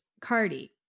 Cardi